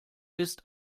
ist